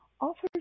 offers